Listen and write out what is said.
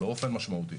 באופן משמעותי.